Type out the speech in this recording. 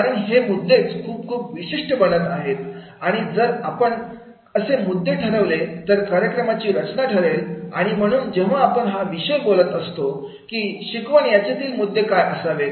कारण हे मुद्देच खूप खूप विशिष्ट बनत आहेत आणि आणि जर आपण कसे मुद्दे ठरवले तर कार्यक्रमाची रचना ठरेल आणि म्हणून जेव्हा आपण हा विषय बोलत असतो की शिकवण यातील मुद्दे काय असावेत